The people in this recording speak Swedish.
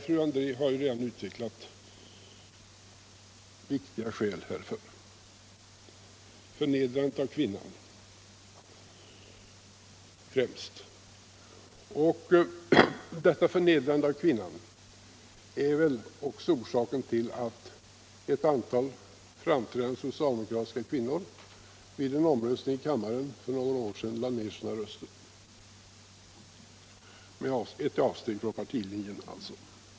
Fru André har ju redan utvecklat viktiga skäl härför — främst förnedrandet av kvinnan. Detta förnedrande av kvinnan är väl också orsaken till att ett antal framträdande socialdemokratiska kvinnor vid en omröstning i kammaren för några år sedan lade ned sina röster — alltså ett avsteg från partitlinjen.